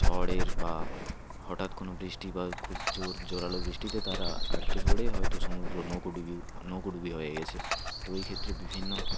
ঝড়ের বা হঠাৎ কোনো বৃষ্টি বা খুব জোর জোরালো বৃষ্টিতে তারা আটকে পড়ে হয়তো সমুদ্র নৌকোডিবিউ নৌকোডুবি হয়ে গেছে তো এইক্ষেত্রে বিভিন্ন